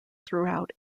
throughout